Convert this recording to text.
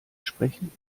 sprechen